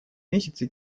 месяце